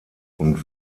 und